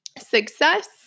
Success